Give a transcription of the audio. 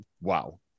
Wow